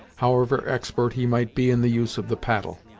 however expert he might be in the use of the paddle.